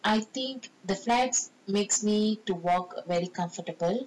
I think the flats makes me to walk very comfortable